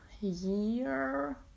year